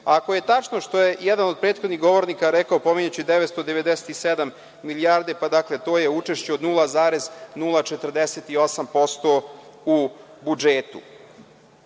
ako je tačno, nešto je jedan od prethodnih govornika rekao, pominjući 997 milijarde, pa dakle to je učešće od 0,048% u budžetu. Odgovori